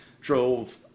drove